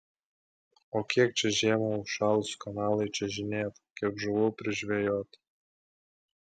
o kiek čia žiemą užšalus kanalui čiuožinėta kiek žuvų prižvejota